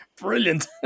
Brilliant